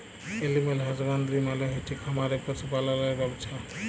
animal husbandry মালে হচ্ছে খামারে পশু পাললের ব্যবছা